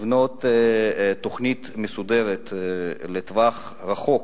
לבנות תוכנית מסודרת לטווח הרחוק,